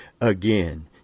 again